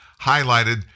highlighted